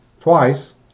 twice